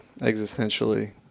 existentially